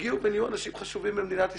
הגיעו ונהיו אנשים חשובים במדינת ישראל.